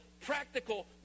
practical